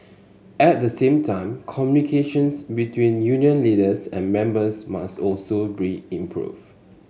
at the same time communications between union leaders and members must also be improved